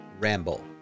Ramble